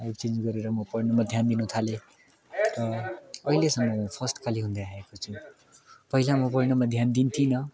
life change गरेर म पढ्नुमा ध्यान दिनु थालेँ र अहिलेसम्म फर्स्ट खालि हुँदै आएको छु पहिला म पढ्नुमा ध्यान दिन्थिनँ